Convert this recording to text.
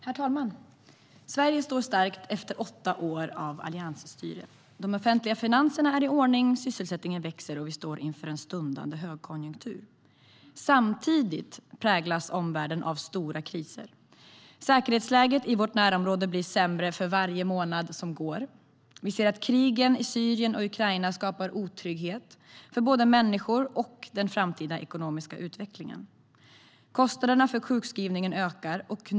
Herr talman! Sverige står starkt efter åtta år av alliansstyre. De offentliga finanserna är i ordning, sysselsättningen växer och vi står inför en stundande högkonjunktur. Samtidigt präglas omvärlden av stora kriser. Säkerhetsläget i vårt närområde blir sämre för varje månad som går. Vi ser att krigen i Syrien och Ukraina skapar otrygghet för både människor och den framtida ekonomiska utvecklingen. Kostnaderna för sjukskrivningar ökar.